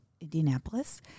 Indianapolis